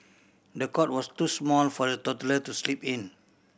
the cot was too small for the toddler to sleep in